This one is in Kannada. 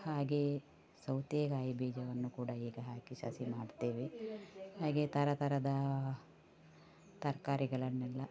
ಹಾಗೇ ಸೌತೆಕಾಯಿ ಬೀಜವನ್ನು ಕೂಡ ಈಗ ಹಾಕಿ ಸಸಿ ಮಾಡ್ತೇವೆ ಹಾಗೆ ಥರಥರದ ತರಕಾರಿಗಳನ್ನೆಲ್ಲ